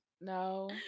no